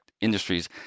industries